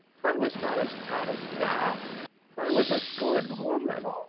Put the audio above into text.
i was not as bad as that i was a good woman.